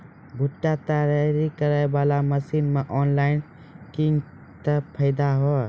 भुट्टा तैयारी करें बाला मसीन मे ऑनलाइन किंग थे फायदा हे?